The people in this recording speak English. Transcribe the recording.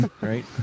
right